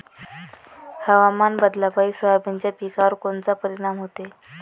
हवामान बदलापायी सोयाबीनच्या पिकावर कोनचा परिणाम होते?